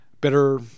better